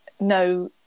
no